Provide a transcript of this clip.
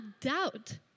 doubt